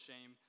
shame